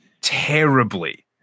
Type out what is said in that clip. terribly